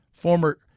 former